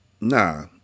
Nah